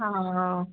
ହଁ ହଉ